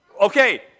okay